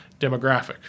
demographic